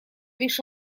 лишь